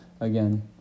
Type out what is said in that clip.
again